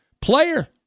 player